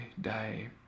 day